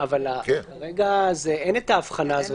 כרגע אין ההבחנה הזאת.